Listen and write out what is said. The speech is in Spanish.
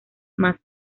más